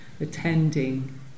attending